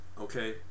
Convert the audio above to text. Okay